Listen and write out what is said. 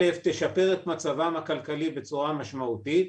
אל"ף תשפר את מצבן הכלכלי בצורה משמעותית,